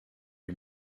lui